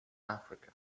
africa